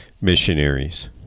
missionaries